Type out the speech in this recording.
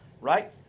right